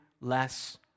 less